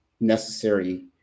necessary